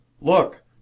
Look